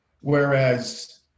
Whereas